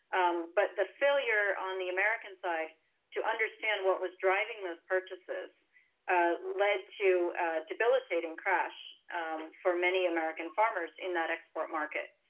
but the failure on the american side to understand what was driving those purchases ah led to a debilitating crash for many american farmers in that export market.